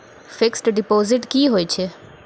Fixed deposit की होय छै?